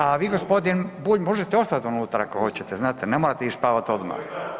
A vi gospodin Bulj možete ostat unutra ako hoćete, znate ne morate ići spavati odmah.